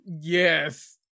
yes